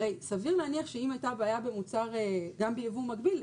הרי סביר להניח שאם הייתה בעיה במוצר גם בייבוא מקביל,